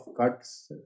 cuts